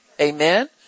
Amen